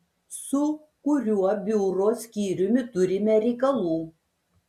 su kuriuo biuro skyriumi turime reikalų